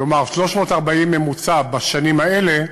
כלומר 340 ממוצע בשנים האלה,